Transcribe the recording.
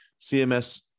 CMS